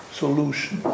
solution